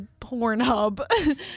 Pornhub